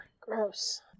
gross